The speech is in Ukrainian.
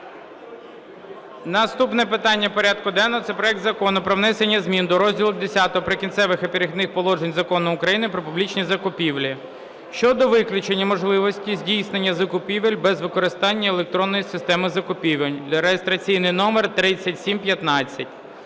Наступне питання порядку денного – це проект Закону про внесення змін до розділу X "Прикінцеві і перехідні положення" Закону України "Про публічні закупівлі" (щодо виключення можливості здійснення закупівель без використання електронної системи закупівель) (реєстраційний номер 3715).